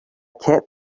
kept